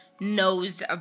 Knows